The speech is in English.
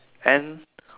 N